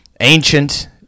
ancient